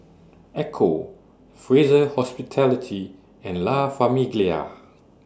Ecco Fraser Hospitality and La Famiglia